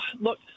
Look